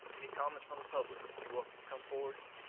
any comments from the public? you're welcome to come forward.